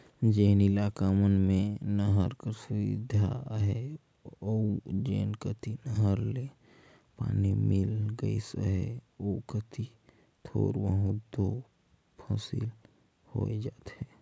जेन इलाका मन में नहर कर सुबिधा अहे अउ जेन कती नहर ले पानी मिल गइस अहे ओ कती थोर बहुत दो फसिल होए जाथे